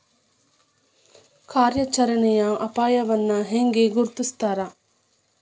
ಕಾರ್ಯಾಚರಣೆಯ ಅಪಾಯವನ್ನ ಹೆಂಗ ಗುರ್ತುಸ್ತಾರ